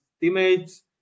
teammates